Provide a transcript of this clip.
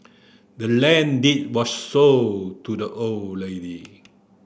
the land deed was sold to the old lady